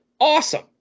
awesome